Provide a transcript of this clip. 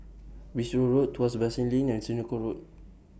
Bristol Road Tuas Basin Lane and Senoko Road